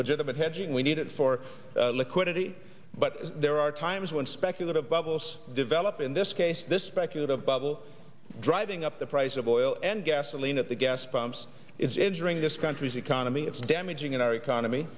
legitimate hedging we need it for liquidity but there are times when speculative bubbles develop in this case this speculative bubble driving up the price of oil and gasoline at the gas pumps it's injuring this country's economy it's damaging in our economy